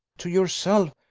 to yourself,